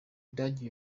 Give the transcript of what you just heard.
budage